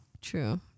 true